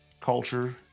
culture